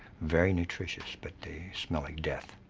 very nutritious. but they smell like death.